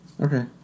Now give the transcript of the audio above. Okay